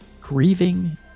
grieving